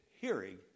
hearing